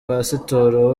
pasitoro